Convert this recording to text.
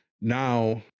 now